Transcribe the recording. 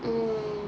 mmhmm